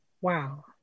Wow